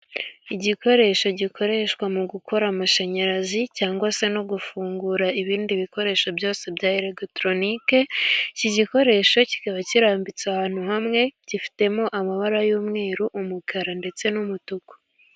Igikoresho gikoreshwa mu gukora amashanyarazi, cyangwa se no gufungura ibindi bikoresho byose bya elegitoronike. Iki gikoresho kikaba kirambitse ahantu hamwe, gifitemo amabara y'umweru, umukara ndetse n'umutuku.